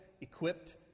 equipped